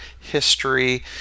history